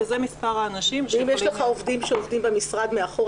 וזה מספר האנשים שיכולים --- אם יש לך עובדים שעובדים במשרד מאחור,